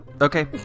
Okay